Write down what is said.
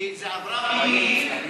כי היא עברה ממילים למשפטים.